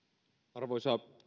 arvoisa